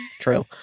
true